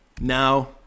now